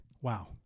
Wow